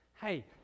hey